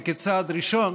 וכצעד ראשון